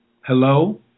Hello